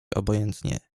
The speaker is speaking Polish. obojętnie